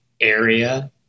area